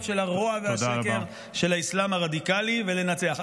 של הרוע והשקר של האסלאם הרדיקלי ולנצח.